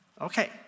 Okay